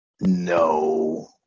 No